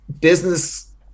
business